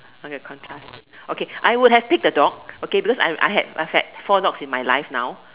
okay contrast okay I would have take the dog okay because I had I had four dogs in my life now